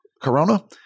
Corona